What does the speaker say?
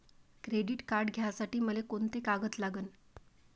Credit card घ्यासाठी मले कोंते कागद लागन?